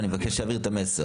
ואני מבקש שהוא יעביר את המסר.